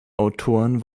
autoren